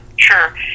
Sure